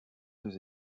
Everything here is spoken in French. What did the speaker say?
deux